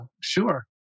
sure